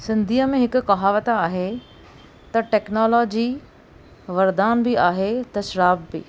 सिंधीअ में हिकु कहावत आहे त टेक्नोलॉजी वरदान बि आहे त श्राप बि